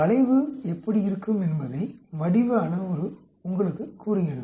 வளைவு எப்படி இருக்கும் என்பதை வடிவ அளவுரு உங்களுக்குக் கூறுகிறது